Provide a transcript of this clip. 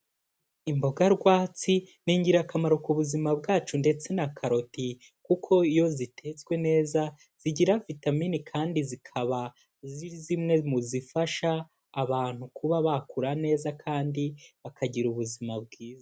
Imboga rwatsi ni ingirakamaro ku buzima bwacu ndetse na karoti kuko iyo zitetswe neza zigira vitamini kandi zikaba ziri zimwe mu zifasha abantu kuba bakura neza kandi bakagira ubuzima bwiza.